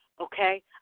Okay